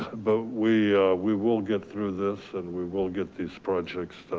but we we will get through this and we will get these projects done.